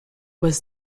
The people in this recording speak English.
was